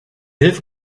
hilfe